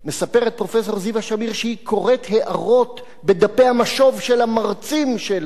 מספרת פרופסור זיוה שמיר שהיא קוראת הערות בדפי המשוב של המרצים שלה: